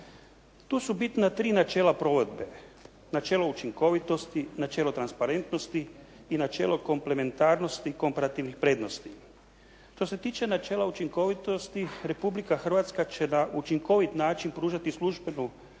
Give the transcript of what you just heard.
Tu su bitna tri načela provedbe; načelo učinkovitosti, načelo transparentnosti i načelo komplementarnosti komparativnih prednosti. Što se tiče načela učinkovitosti Republika Hrvatska će na učinkovit način pružati službenu razvojnu